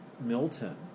Milton